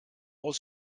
aus